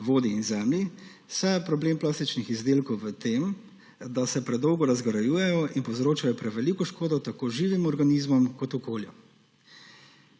vodi in zemlji, saj je problem plastičnih izdelkov v tem, da se predolgo razgrajujejo in povzročajo preveliko škodo tako živim organizmom kot okolju.